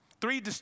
Three